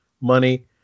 money